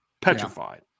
Petrified